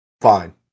fine